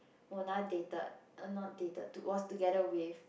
Mona dated not dated was together with